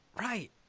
Right